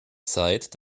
zeit